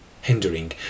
hindering